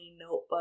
notebook